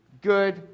good